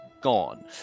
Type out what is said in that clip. gone